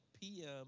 PM